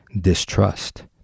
distrust